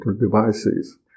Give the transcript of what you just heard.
devices